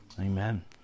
Amen